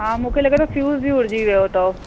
हा मूंखे लॻे थो फ़्यूज ई उड़िजी वियो अथव